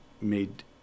made